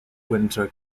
windsor